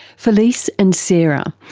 felice and sarah,